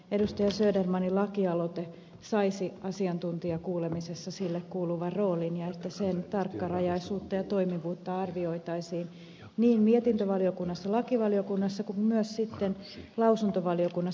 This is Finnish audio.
södermanin lakialoite saisi asiantuntijakuulemisessa sille kuuluvan roolin ja että sen tarkkarajaisuutta ja toimivuutta arvioitaisiin niin mietintövaliokunnassa lakivaliokunnassa kuin myös sitten lausuntovaliokunnassa